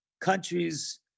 countries